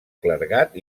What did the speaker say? clergat